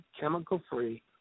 chemical-free